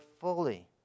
fully